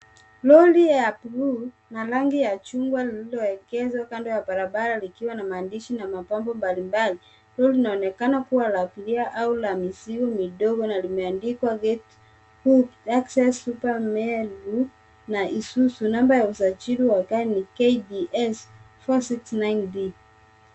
Lori ya buluu na rangi ya chungwa lililoegeshwa kando ya barabara likiwa na maandishi na mapambo mbalimbali. Lori linaonekana kuwa la abiria au la mizigo midogo na limeandikwa Get Hooked Texas Super Meru na Isuzu. Namba ya usajili wa gari ni KDS 469D.